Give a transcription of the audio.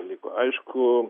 dalykų aišku